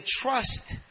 trust